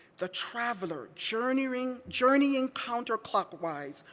the traveler, journeying journeying counterclockwise,